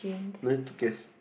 no need to guess